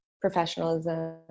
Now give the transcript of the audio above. professionalism